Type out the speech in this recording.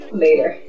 later